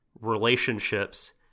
relationships